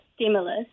stimulus